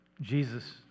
Jesus